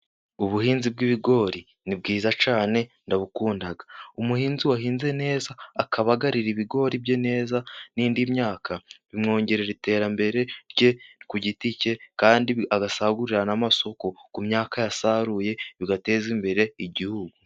Ubuhinzi bw'ibigori ni bwiza cyane, ndabukundaga . Umuhinzi wahinze neza akabagarira ibigori bye neza n'indi myaka ,bimwongerera iterambere rye ku giti cye , kandi agasagurira n' amasoko ku myaka yasaruye bigateza imbere igihugu.